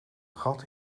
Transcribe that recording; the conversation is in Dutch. gat